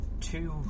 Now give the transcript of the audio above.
Two